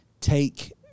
take